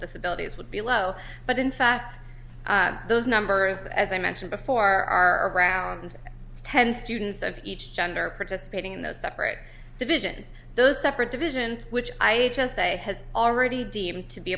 disabilities would be low but in fact those numbers as i mentioned before are around ten students of each gender participating in the separate division is those separate division which i just say has already deemed to be